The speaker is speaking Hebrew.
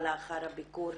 לאחר ביקור